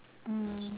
mm